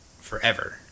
forever